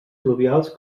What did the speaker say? fluvials